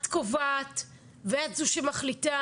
את קובעת ואת זו שמחליטה.